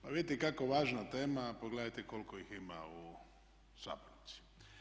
Pa vidite kako važna tema, a pogledajte koliko ih ima u sabornici.